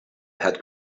had